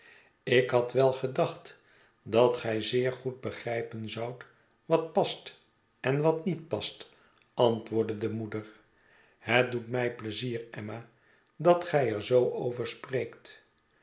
ik had wel gedacht dat gij zeer goed begrijpen zoudt wat past en wat niet past antwoordde de moeder het doet mij pleizier emma dat gij er zoo over spreekt